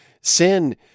Sin